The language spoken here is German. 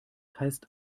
heißt